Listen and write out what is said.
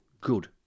good